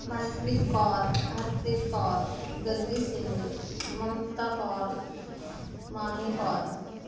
Manpreet Kaur Harpreet Kaur Gaggi Singh Mamta Kaur Mahi Kaur